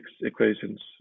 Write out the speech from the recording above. equations